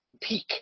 peak